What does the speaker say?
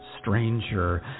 stranger